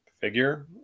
figure